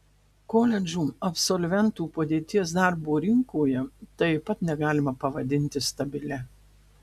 koledžų absolventų padėties darbo rinkoje taip pat negalima pavadinti stabilia